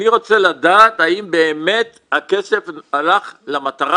אני רוצה לדעת האם באמת הכסף הלך למטרה